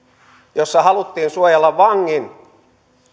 jossa haluttiin suojella vangin